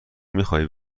میخواهی